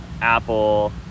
apple